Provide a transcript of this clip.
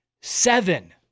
seven